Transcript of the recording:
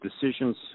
decisions